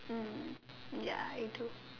mm ya I do